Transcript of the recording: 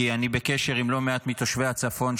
כי אני בקשר עם לא מעט מתושבי הצפון,